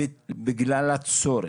בגלל הצורך,